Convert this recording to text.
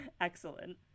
Excellent